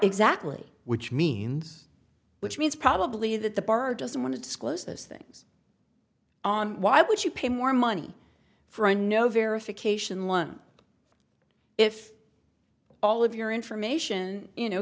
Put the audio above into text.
exactly which means which means probably that the bar doesn't want to disclose those things on why would you pay more money for a no verification one if all of your information you know